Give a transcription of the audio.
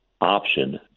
option